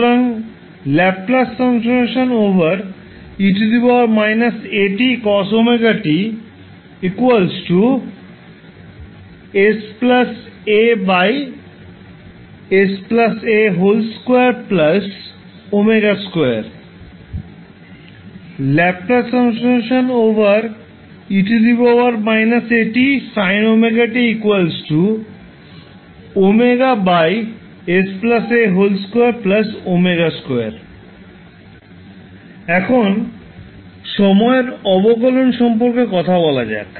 সুতরাং এখন সময়ের অবকলন সম্পর্কে কথা বলা যাক